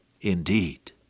indeed